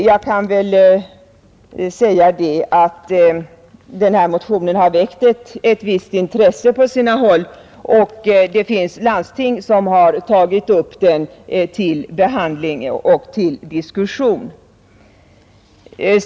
Jag kan också nämna att motionen har väckt ett visst intresse på sina håll bl.a. inom AMS och att det finns landsting som har tagit upp denna fråga till behandling och diskussion.